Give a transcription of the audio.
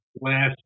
last